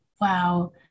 Wow